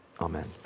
Amen